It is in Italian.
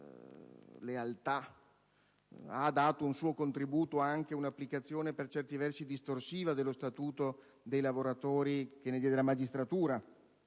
molta lealtà - ha dato un suo contributo anche un'applicazione per certi versi distorsiva dello Statuto dei lavoratori da parte della magistratura: